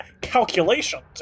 calculations